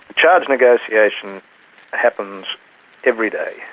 charge negotiation happens every day,